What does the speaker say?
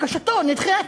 בקשתו נדחית.